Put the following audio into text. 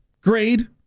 Grade